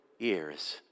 Years